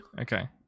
Okay